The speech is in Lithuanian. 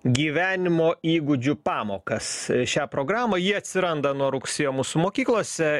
gyvenimo įgūdžių pamokas šią programą ji atsiranda nuo rugsėjo mūsų mokyklose